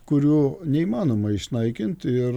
kurių neįmanoma išnaikint ir